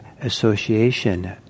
association